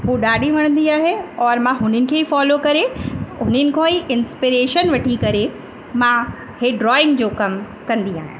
हू ॾाढी वणंदी आहे और मां हुननि खे फ़ॉलो करे उन्हनि खां ही इंस्पिरेशन वठी करे मां इहो ड्रॉइंग जो कमु कंदी आहियां